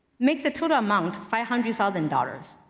make the total amount five hundred thousand dollars.